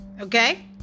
okay